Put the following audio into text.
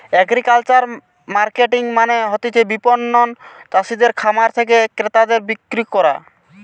agricultural marketing মানে হতিছে বিপণন চাষিদের খামার থেকে ক্রেতাদের বিক্রি কইরা